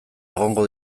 egongo